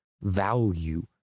value